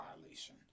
violation